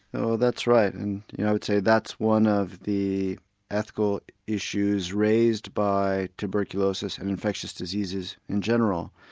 so that's right. and i would say that's one of the ethical issues raised by tuberculosis and infectious diseases in general,